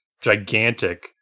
gigantic